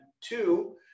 two